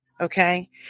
Okay